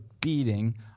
beating